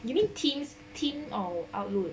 you mean teams team or outlook